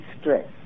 stress